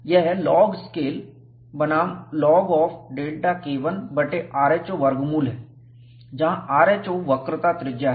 यह log scale बनाम log of Δ K1 बटे r h o वर्गमूल है जहां r h o वक्रता त्रिज्या है